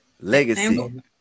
Legacy